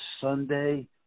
Sunday